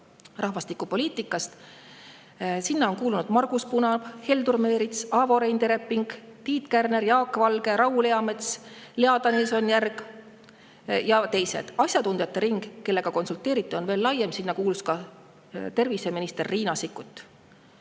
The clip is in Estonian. rahvastikupoliitika programmi. Nende hulka on kuulunud Margus Punab, Heldur Meerits, Avo-Rein Tereping, Tiit Kärner, Jaak Valge, Raul Eamets, Lea Danilson-Järg ja teised. Asjatundjate ring, kellega on konsulteeritud, on veel laiem. Sinna kuulus ka terviseminister Riina Sikkut.